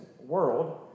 world